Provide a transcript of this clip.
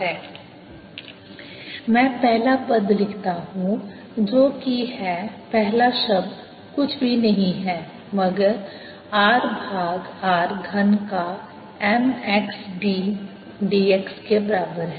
mx∂xrr3mxxr3 3mxxxxyyzzr5mxxr3 3mxxrr5 my∂yrr3myyr3 3myyrr5 mz∂zrr3mzzr3 3mzzrr5 मैं पहला पद लिखता हूं जो कि है पहला शब्द कुछ भी नहीं है मगर r भाग r घन का m x d dx के बराबर है